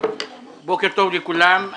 בוקר טוב לכולם.